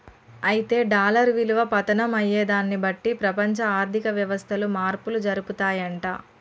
అయితే డాలర్ విలువ పతనం అయ్యేదాన్ని బట్టి ప్రపంచ ఆర్థిక వ్యవస్థలు మార్పులు జరుపుతాయంట